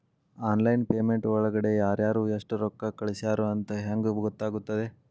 Online payment ಒಳಗಡೆ ಯಾರ್ಯಾರು ಎಷ್ಟು ರೊಕ್ಕ ಕಳಿಸ್ಯಾರ ಅಂತ ಹೆಂಗ್ ಗೊತ್ತಾಗುತ್ತೆ?